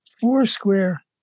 foursquare